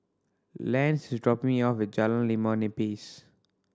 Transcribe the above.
Lance is dropping me off Jalan Limau Nipis